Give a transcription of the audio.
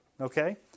Okay